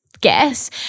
guess